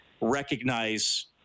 recognize